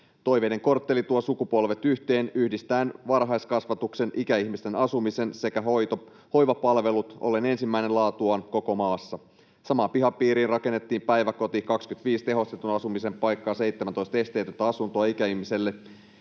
Toiveiden kortteli tuo sukupolvet yhteen yhdistäen varhaiskasvatuksen, ikäihmisten asumisen sekä hoivapalvelut ollen ensimmäinen laatuaan koko maassa. Samaan pihapiiriin rakennettiin päiväkoti, 25 tehostetun asumisen paikkaa, 17 esteetöntä asuntoa ikäihmisille